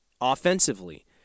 offensively